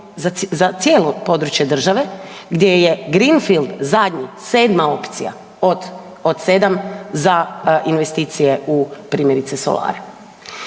za cijelo područje države gdje je greengfield zadnji, 7. opcija od 7, za investicije u primjerice, solare.